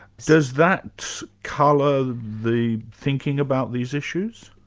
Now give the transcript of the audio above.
does that colour the thinking about these issues?